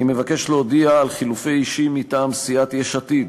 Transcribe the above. אני מבקש להודיע על חילופי אישים מטעם סיעת יש עתיד: